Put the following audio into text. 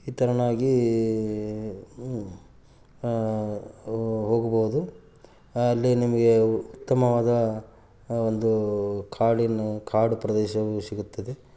ಈ ಥರವಾಗಿ ಹೋಗ್ಬೌದು ಅಲ್ಲಿ ನಿಮಗೆ ಉತ್ತಮವಾದ ಒಂದು ಕಾಡಿನ ಕಾಡು ಪ್ರದೇಶವು ಸಿಗುತ್ತದೆ